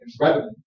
revenue